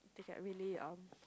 they get really um